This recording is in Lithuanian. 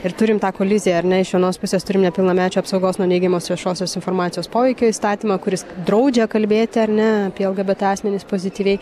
ir turime tą koliziją ar ne iš vienos pusės turime nepilnamečių apsaugos nuo neigiamos viešosios informacijos poveikio įstatymą kuris draudžia kalbėti ar ne apie lgbt asmenis pozityviai